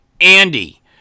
Andy